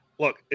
Look